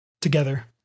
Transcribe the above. together